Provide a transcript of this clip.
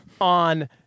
on